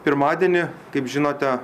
pirmadienį kaip žinote